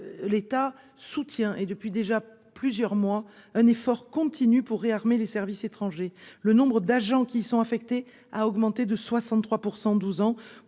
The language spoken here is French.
L'État soutient, et depuis déjà plusieurs mois un effort continu pour réarmer les services étrangers, le nombre d'agents qui sont affectés, a augmenté de 63 pour 112 ans